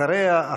אחריה,